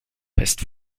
fest